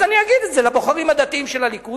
אז אני אגיד את זה לבוחרים הדתיים של הליכוד,